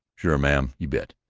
sure, ma'am, you bet.